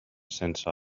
sense